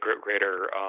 greater